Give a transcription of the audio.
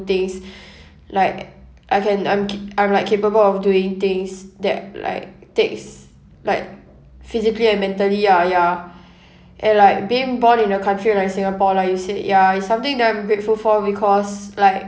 things like I can I'm ca~ I'm like capable of doing things that like takes like physically and mentally ya ya and like being born in a country like singapore like you said ya is something that I'm grateful for because like